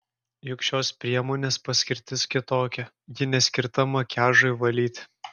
juk šios priemonės paskirtis kitokia ji neskirta makiažui valyti